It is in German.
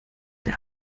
der